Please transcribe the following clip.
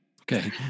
Okay